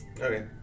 Okay